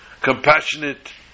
compassionate